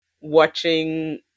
watching